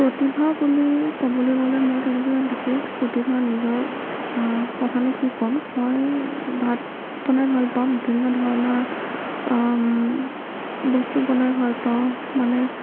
প্ৰতিভা বুলি ক'বলৈ গ'লে মই তেনেকৈ বিশেষ প্ৰতিভা নিজৰ কথানো কি ক'ম মই ভাত বনাই ভাল পাওঁ বিভিন্ন ধৰণৰ বস্তু বনাই ভাল পাওঁ মানে